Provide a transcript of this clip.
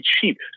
cheap